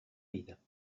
vida